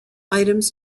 items